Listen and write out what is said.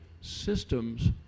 systems